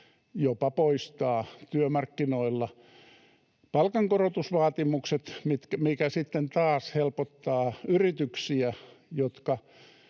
jopa poistaa työmarkkinoilta palkankorotusvaatimukset, mikä sitten taas helpottaa yrityksiä, jotka